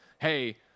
hey